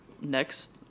next